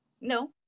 No